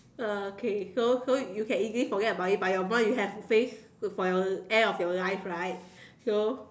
uh okay so so you can easily forget about it but your mom you have to face with for your end of your life right so